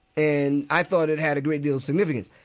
and i thought it had a great deal of significance.